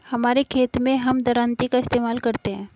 हमारे खेत मैं हम दरांती का इस्तेमाल करते हैं